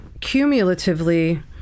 cumulatively